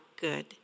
good